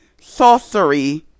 Sorcery